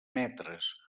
metres